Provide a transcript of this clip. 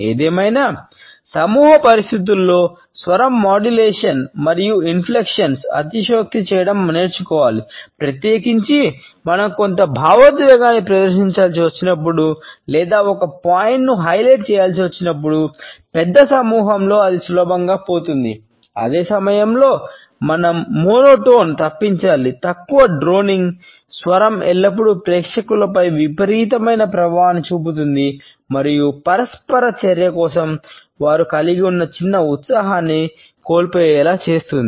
ఏదేమైనా సమూహ పరిస్థితులలో స్వరం మాడ్యులేషన్ స్వరం ఎల్లప్పుడూ ప్రేక్షకులపై విపరీతమైన ప్రభావాన్ని చూపుతుంది మరియు పరస్పర చర్య కోసం వారు కలిగి ఉన్న చిన్న ఉత్సాహాన్ని కోల్పోయేలా చేస్తుంది